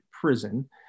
prison